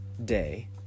day